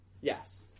yes